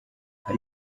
ari